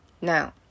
now